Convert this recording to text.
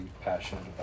passionate